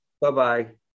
Bye-bye